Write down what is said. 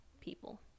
people